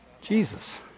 Jesus